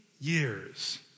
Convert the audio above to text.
years